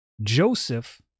Joseph